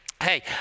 Hey